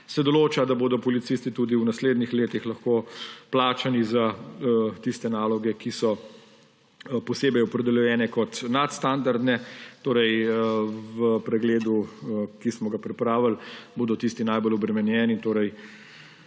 se določa, da bodo policisti tudi v naslednjih letih lahko plačani za tiste naloge, ki so posebej opredeljene kot nadstandardne. Torej v pregledu, ki smo ga pripravili, bodo tisti najbolj obremenjeni, torej